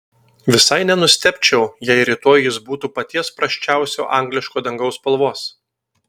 visai nenustebčiau jei rytoj jis būtų paties prasčiausio angliško dangaus spalvos